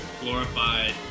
glorified